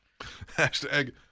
Hashtag